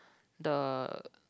the